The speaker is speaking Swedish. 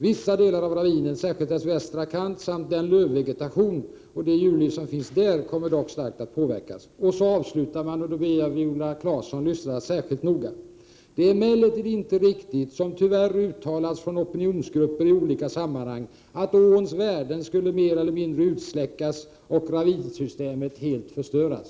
Vissa delar av ravinen, särskilt dess västra kant, samt den lövvegetation och det djurliv som finns där kommer dock starkt att påverkas.” Så avslutar man — och nu vill jag be Viola Claesson lyssna särskilt noga: ”Det är emellertid inte riktigt, som tyvärr uttalats från opinionsgrupper i 155 olika sammanhang, att åns värden skulle mer eller mindre utsläckas och ravinsystemet helt förstöras.”